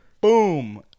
Boom